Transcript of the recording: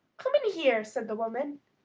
come in here, said the woman,